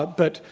ah but,